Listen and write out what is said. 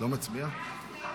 (תיקוני חקיקה)